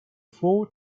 four